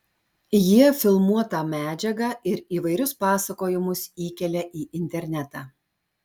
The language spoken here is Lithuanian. jie filmuotą medžiagą ir įvairius pasakojimus įkelia į internetą